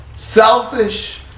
Selfish